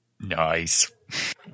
Nice